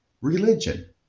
Religion